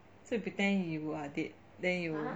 so you pretend you are dead then you